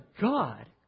God